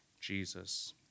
Jesus